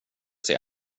sig